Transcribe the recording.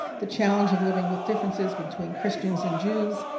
the challenge of living with differences between christians and jews,